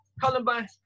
Columbine